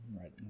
right